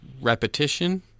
repetition